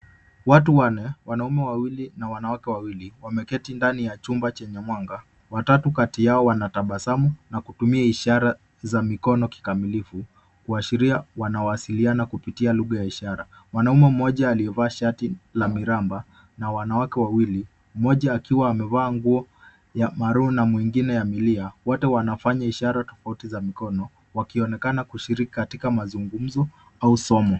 Watu wanne—wanaume wawili na wanawake wawili—wameketi ndani ya chumba chenye mwanga hafifu. Watatu kati yao wametabasamu na wanatumia ishara za mikono kwa ufasaha, wakionyesha kuwa wanawasiliana kwa lugha ya ishara. Mwanaume mmoja amevaa shati la miramba, huku wanawake wawili pia wakiwa wamevaa mavazi ya kawaida.